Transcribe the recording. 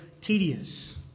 tedious